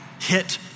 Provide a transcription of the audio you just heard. hit